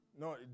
No